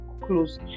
close